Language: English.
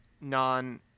non